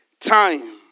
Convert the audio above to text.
time